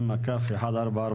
התשפ"א-2021.